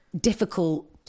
difficult